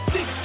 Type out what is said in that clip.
Six